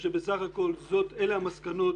בסך הכול אלה המסקנות.